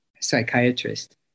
psychiatrist